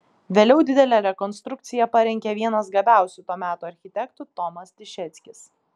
vėliau didelę rekonstrukciją parengė vienas gabiausių to meto architektų tomas tišeckis